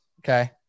Okay